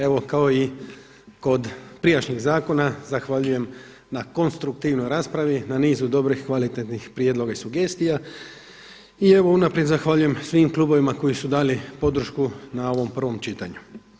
Evo kao i kod prijašnjeg zakona zahvaljujem na konstruktivnoj raspravi, na nizu dobrih, kvalitetnih prijedloga i sugestija i evo unaprijed zahvaljujem svim klubovima koji su dali podršku na ovom prvom čitanju.